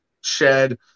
Shed